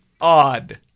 odd